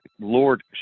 Lord